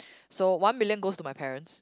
so one million goes to my parents